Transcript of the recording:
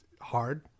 hard